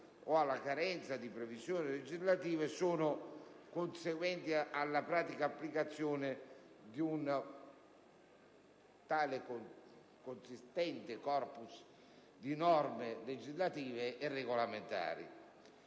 o alla carenza di previsioni legislative, sono da attribuire alla pratica applicazione di un tale consistente *corpus* di norme legislative e regolamentari.